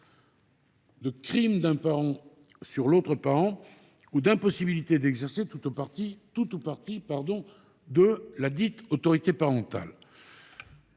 de crimes d’un parent sur l’autre parent ou d’impossibilité d’exercer tout ou partie de l’autorité parentale.